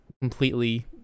completely